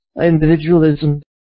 individualism